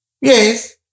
Yes